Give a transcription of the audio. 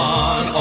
on